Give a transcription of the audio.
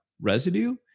residue